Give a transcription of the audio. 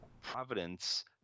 Providence